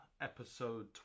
episode